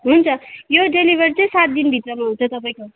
हुन्छ यो डेलिभर चाहिँ सात दिनभित्रमा हुन्छ तपाईँको